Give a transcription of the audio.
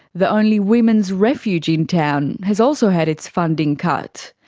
the only women's refuge in town has also had its funding cut.